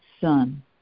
son